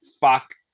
Fuck